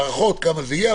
הערכות כמה זה יהיה,